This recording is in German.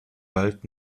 wald